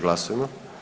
Glasujmo.